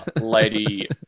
Lady